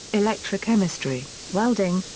electrochemistry, welding,